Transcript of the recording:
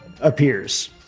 appears